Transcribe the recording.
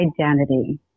identity